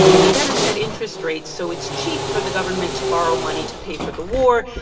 you better set interest rates so it's cheap for the government to borrow money to pay for the war,